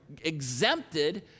exempted